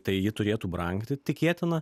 tai ji turėtų brangti tikėtina